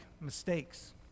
mistakes